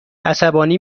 عصبانی